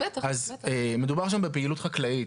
מדובר שם בפעילות חקלאית.